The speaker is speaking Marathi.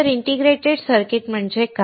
इंटिग्रेटेड सर्किट म्हणजे काय